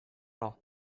all